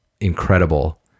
incredible